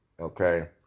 Okay